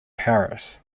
paris